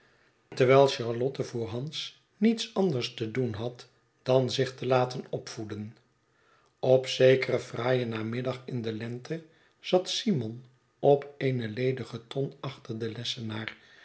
terwijl charlotte voorshands niet anders te doen had dan zich te laten opvoeden op zekeren fraaien namiddag in de lente zat simon op eene ledige ton aehter den lessenaar